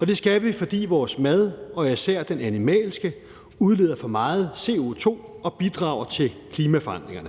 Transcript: og det skal vi, fordi vores mad og især den animalske udleder for meget CO2 og bidrager til klimaforandringerne.